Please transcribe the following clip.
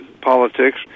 politics